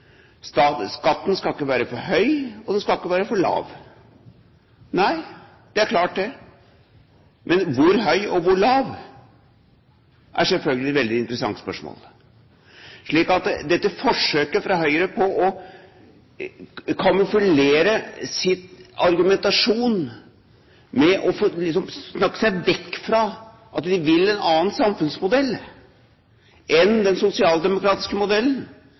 Skatten skal ikke være for høy, og den skal ikke være for lav. Nei, det er klart, det. Men hvor høy og hvor lav, er selvfølgelig et veldig interessant spørsmål. Dette forsøket fra Høyre på å kamuflere sin argumentasjon med å snakke seg vekk fra at de vil en annen samfunnsmodell enn den sosialdemokratiske modellen,